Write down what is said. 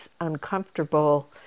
uncomfortable